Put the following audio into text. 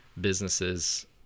businesses